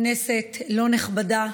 כנסת לא נכבדה,